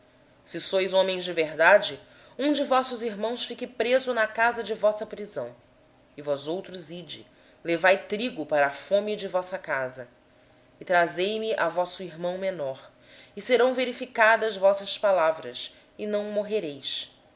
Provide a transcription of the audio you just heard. se sois homens de retidão que fique um dos irmãos preso na casa da vossa prisão mas ide vós levai trigo para a fome de vossas casas e trazei me o vosso irmão mais novo assim serão verificadas vossas palavras e não morrereis